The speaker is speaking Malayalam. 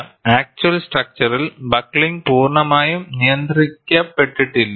ആക്ച്വൽ സ്ട്രക്ചറിൽ ബക്ക്ലിംഗ് പൂർണ്ണമായും നിയന്ത്രിക്കപ്പെടില്ല